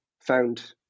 found